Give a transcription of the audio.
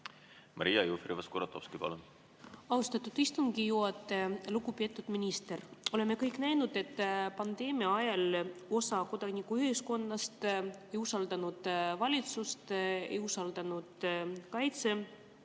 Maria Jufereva-Skuratovski, palun! Austatud istungi juhataja! Lugupeetud minister! Oleme kõik näinud, et pandeemia ajal osa kodanikuühiskonnast ei usaldanud valitsust, ei usaldanud